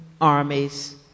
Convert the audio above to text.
armies